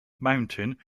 mountain